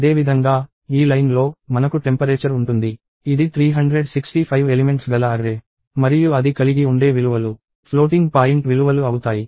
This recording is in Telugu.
అదేవిధంగా ఈ లైన్లో మనకు టెంపరేచర్ ఉంటుంది ఇది 365 ఎలిమెంట్స్ గల అర్రే మరియు అది కలిగి ఉండే విలువలు ఫ్లోటింగ్ పాయింట్ విలువలు అవుతాయి